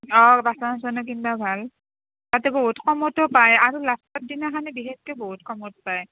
অঁ বাচন চাচনো কিনিব ভাল তাতে বহুত কমতো পাই আৰু লাষ্টৰ দিনাখানে বিশেষকৈ বহুত কমত পাই